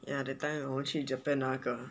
then that time 我去 japan 那个